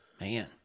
Man